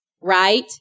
Right